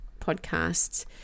podcasts